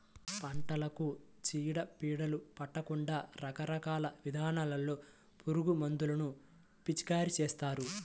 పంటలకు చీడ పీడలు పట్టకుండా రకరకాల విధానాల్లో పురుగుమందులను పిచికారీ చేస్తారు